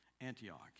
Antioch